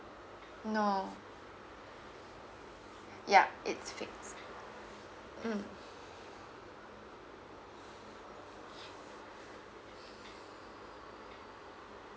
no yeah it's fixed mm